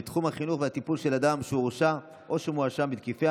בקריאה הטרומית ותעבור להכנתה לקריאה ראשונה בוועדת העבודה והרווחה.